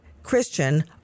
Christian